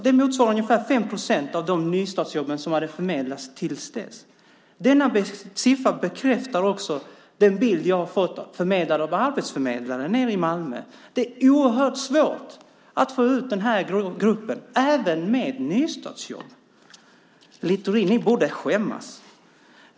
Det motsvarar ungefär 5 procent av de nystartsjobb som hade förmedlats fram till dess. Denna siffra bekräftar också den bild jag har fått förmedlad av arbetsförmedlare nere i Malmö. Det är oerhört svårt att få ut den här gruppen även med nystartsjobb. Ni borde skämmas, Littorin!